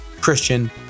Christian